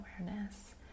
awareness